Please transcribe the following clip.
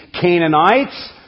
Canaanites